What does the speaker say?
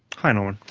hi norman.